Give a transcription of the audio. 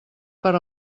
per